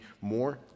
more